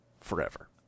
Forever